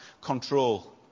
control